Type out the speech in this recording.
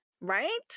right